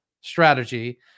strategy